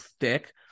thick